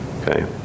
Okay